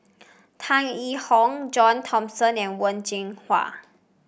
Tan Yee Hong John Thomson and Wen Jinhua